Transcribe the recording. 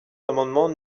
l’amendement